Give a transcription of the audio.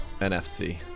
NFC